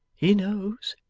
he knows.